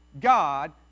God